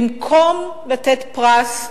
במקום לתת פרס לבריונים,